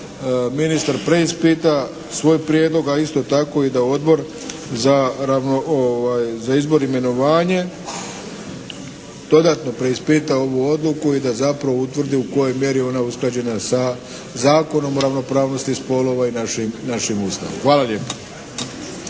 ministar preispita svoj prijedlog, a isto tako i da Odbor za izbor i imenovanje dodatno preispita ovu odluku i da zapravo utvrdi u kojoj je ona mjeri usklađena sa Zakonom o ravnopravnosti spolova i našim Ustavom. Hvala lijepa.